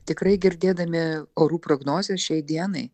tikrai girdėdami orų prognozės šiai dienai